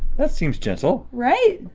that seems gentle. right?